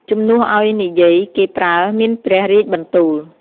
ជំនួសឲ្យ និយាយ គេប្រើ មានព្រះរាជបន្ទូល។